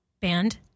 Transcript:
band